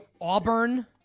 Auburn